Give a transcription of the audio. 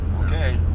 Okay